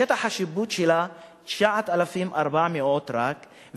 שטח השיפוט שלה 9,400 רק,